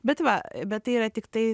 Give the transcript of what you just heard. bet va bet tai yra tiktai